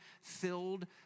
filled